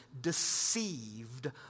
deceived